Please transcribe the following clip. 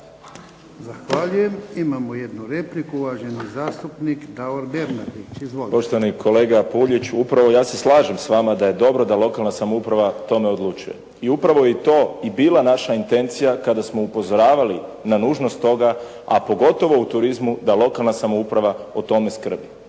Zahvaljujem. Imamo jednu repliku, uvaženi zastupnik Davor Bernardić. Izvolite. **Bernardić, Davor (SDP)** Poštovani kolega Puljić upravo ja se slažem s vama da je dobro da lokalna samouprava o tome odlučuje. I upravo je to i bila naša intencija kada smo upozoravali na nužnost toga, a pogotovo u turizmu da lokalna samouprava o tome skrbi.